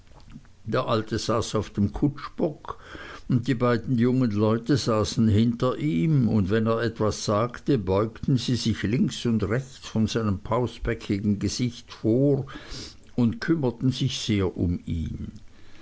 der alte saß auf dem kutschbock und die beiden jungen leute saßen hinter ihm und wenn er etwas sagte beugten sie sich links und rechts von seinem pausbäckigen gesicht vor und kümmerten sich sehr um ihn